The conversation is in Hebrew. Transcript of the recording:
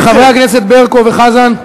חברי הכנסת ברקו וחזן.